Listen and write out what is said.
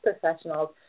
professionals